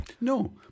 No